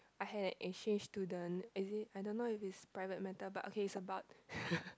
I had an exchange student is it I don't know if it's private matter but okay it's about